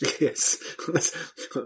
yes